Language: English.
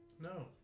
No